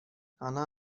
она